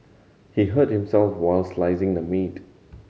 he hurt himself while slicing the meat